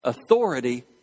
Authority